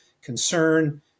concern